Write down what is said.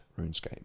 RuneScape